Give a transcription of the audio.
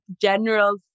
general